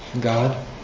God